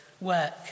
work